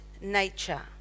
nature